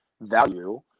value